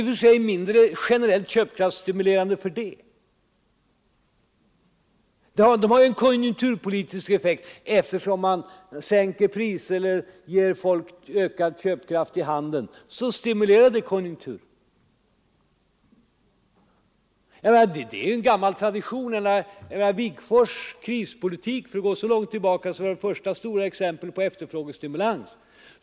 De blir inte mindre generellt köpkraftsstimulerande för det. De har en konjunkturpolitisk effekt. Eftersom man sänker priser eller ger folk ökad köpkraft i handen, så stimulerar det konjunkturen. Det är ju en gammal tradition. Wigforss” krispolitik — för att gå så långt tillbaka — var det första stora exemplet på efterfrågestimulans.